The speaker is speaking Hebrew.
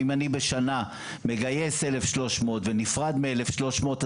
אם אני בשנה מגייס 1,300 ונפרד מ-1,300,